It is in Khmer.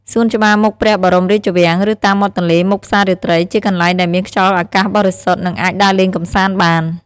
សួនច្បារមុខព្រះបរមរាជវាំង ឬតាមមាត់ទន្លេមុខផ្សាររាត្រី ជាកន្លែងដែលមានខ្យល់អាកាសបរិសុទ្ធ និងអាចដើរលេងកម្សាន្តបាន។